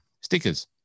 stickers